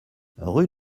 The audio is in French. rue